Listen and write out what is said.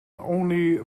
only